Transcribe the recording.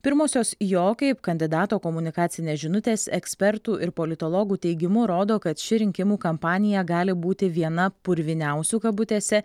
pirmosios jo kaip kandidato komunikacinės žinutės ekspertų ir politologų teigimu rodo kad ši rinkimų kampanija gali būti viena purviniausių kabutėse